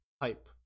pipe